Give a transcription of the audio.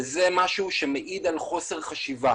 אין לי ספק,